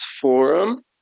Forum